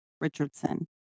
richardson